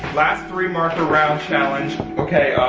last three marker round challenge. okay, ah,